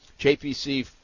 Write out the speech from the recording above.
jpc